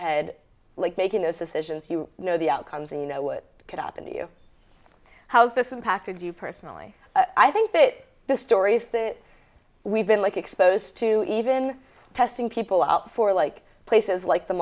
head like making those decisions you know the outcomes and you know what could happen to you how's this impacted you personally i think that the stories that we've been like exposed to even testing people out for like places like the